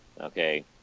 okay